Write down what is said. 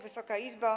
Wysoka Izbo!